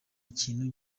ikintu